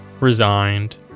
Resigned